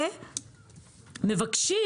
מבקשים